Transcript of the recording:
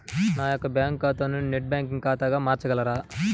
నా యొక్క బ్యాంకు ఖాతాని నెట్ బ్యాంకింగ్ ఖాతాగా మార్చగలరా?